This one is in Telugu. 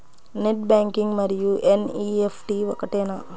నెట్ బ్యాంకింగ్ మరియు ఎన్.ఈ.ఎఫ్.టీ ఒకటేనా?